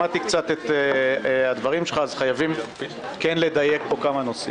שמעתי את דבריך וחייבים לדייק אותם.